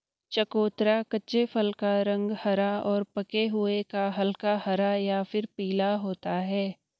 चकोतरा कच्चे फल का रंग हरा और पके हुए का हल्का हरा या फिर पीला होता है